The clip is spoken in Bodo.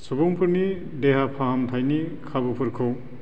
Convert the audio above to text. सुबुंफोरनि देहा फाहामथायनि खाबुफोरखौ